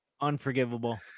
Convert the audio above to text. Unforgivable